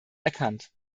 erkannt